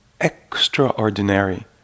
extraordinary